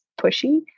pushy